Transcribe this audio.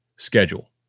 Schedule